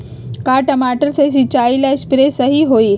का टमाटर के सिचाई ला सप्रे सही होई?